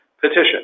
petition